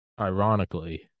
ironically